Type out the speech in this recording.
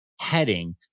Heading